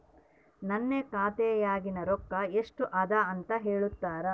ನನ್ನ ಖಾತೆಯಾಗಿನ ರೊಕ್ಕ ಎಷ್ಟು ಅದಾ ಅಂತಾ ಹೇಳುತ್ತೇರಾ?